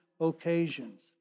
occasions